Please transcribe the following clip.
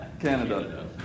Canada